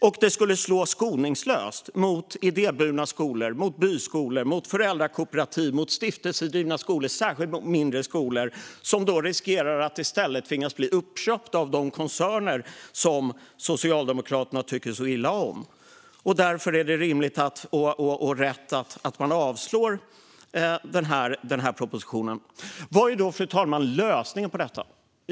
Och det skulle slå skoningslöst mot idéburna skolor, mot byskolor, föräldrakooperativ, stiftelsedrivna skolor och särskilt mindre skolor, som riskerar att i stället tvingas bli uppköpta av de koncerner som Socialdemokraterna tycker så illa om. Därför är det rimligt och rätt att avslå den här propositionen. Vad är då, fru talman, lösningen på detta?